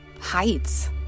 Heights